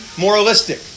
moralistic